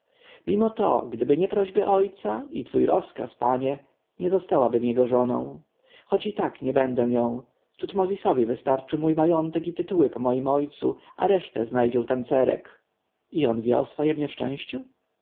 mimo to gdyby nie prośby ojca i twój rozkaz panie nie zostałabym jego żoną choć i tak nie będę nią tutmozisowi wystarczy mój majątek i tytuły po moim ojcu a resztę znajdzie u tancerek i on wie o swojem nieszczęściu